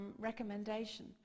recommendation